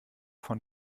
von